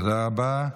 תודה רבה.